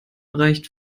reicht